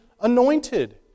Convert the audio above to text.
anointed